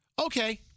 okay